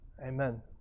Amen